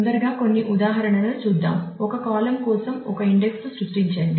తొందరగా కొన్ని ఉదాహరణలను చూద్దాం ఒక కాలమ్ కోసం ఒక ఇండెక్స్ ను సృష్టించండి